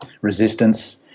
resistance